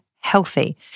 healthy